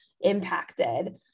impacted